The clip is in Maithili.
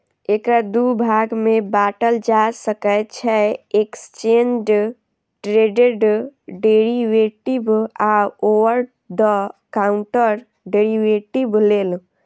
एकरा दू भाग मे बांटल जा सकै छै, एक्सचेंड ट्रेडेड डेरिवेटिव आ ओवर द काउंटर डेरेवेटिव लेल